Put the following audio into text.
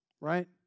right